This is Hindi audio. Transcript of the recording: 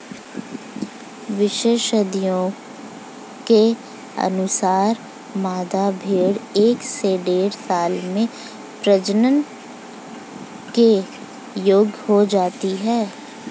विशेषज्ञों के अनुसार, मादा भेंड़ एक से डेढ़ साल में प्रजनन के योग्य हो जाती है